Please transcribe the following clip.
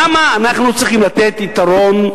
למה אנחנו צריכים לתת יתרון,